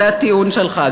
זה הטיעון שלך.